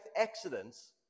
accidents